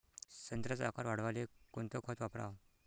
संत्र्याचा आकार वाढवाले कोणतं खत वापराव?